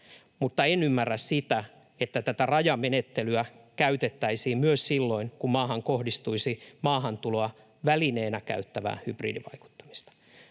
mutta en ymmärrä sitä, että tätä rajamenettelyä käytettäisiin myös silloin, kun maahan kohdistuisi maahantuloa välineenä käyttävää hybridivaikuttamista.